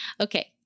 Okay